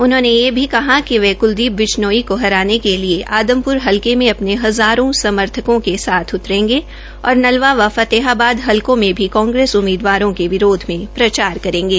उन्होंने यह भी कहा कि वह क्लदीप बिश्नोई का हटाने के लिए आदमप्र हलके में अपने हज़ारों समर्थकों के साथ उत्पेंगे और नलवा व फतेहाबाद हलकों में भी कांग्रेस उम्मीदवारों के विरोध मे प्रचार करेंगे